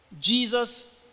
Jesus